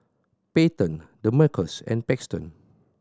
Payton Demarcus and Paxton